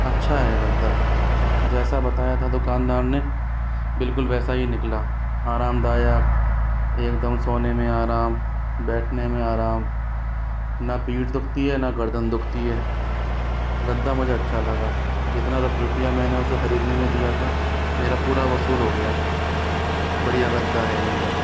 अच्छा है गद्दा जैसा बताया था दुकानदार ने बिल्कुल वैसा ही निकला आरामदायक एक दम सोने में आराम बैठने में आराम न पीठ दुखती है न गर्दन दुखती है गद्दा मुझे अच्छा लगा जितना रुपया मैंने उसे खरीदने में दिया था मेरा पूरा वसूल हो गया बढ़िया गद्दा है एकदम